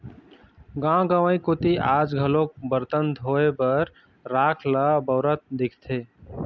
गाँव गंवई कोती आज घलोक बरतन धोए बर राख ल बउरत दिखथे